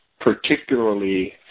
particularly